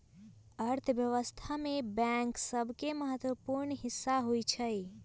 अर्थव्यवस्था में बैंक सभके महत्वपूर्ण हिस्सा होइ छइ